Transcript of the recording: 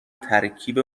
ترکیب